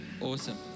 Awesome